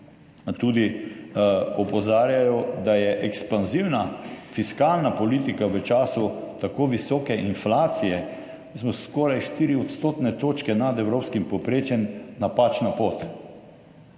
tudi opozarjajo, da je ekspanzivna fiskalna politika v času tako visoke inflacije, mi smo skoraj 4 odstotne točke nad evropskim povprečjem, napačna pot.